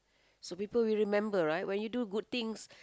so people will remember right when you do good things